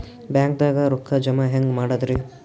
ಬ್ಯಾಂಕ್ದಾಗ ರೊಕ್ಕ ಜಮ ಹೆಂಗ್ ಮಾಡದ್ರಿ?